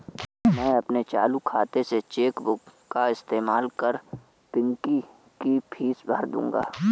मैं अपने चालू खाता से चेक बुक का इस्तेमाल कर पिंकी की फीस भर दूंगा